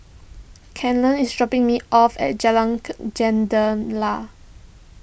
Kenley is dropping me off at Jalan Jendela